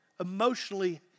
emotionally